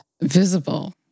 visible